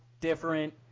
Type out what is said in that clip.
different